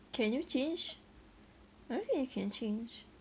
can you change I don't think you can change